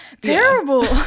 terrible